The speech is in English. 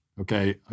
Okay